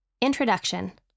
Introduction